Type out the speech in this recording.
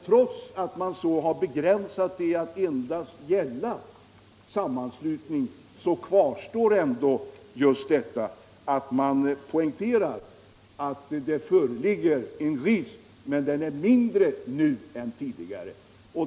Trots att lagen har begränsat denna talerätt till att gälla sammanslutning, så kvarstår ändå att reservanterna poängterar risken för missbruk även om det sker mindre nu än tidigare.